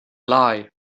lie